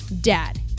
dad